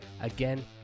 Again